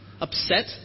upset